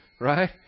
Right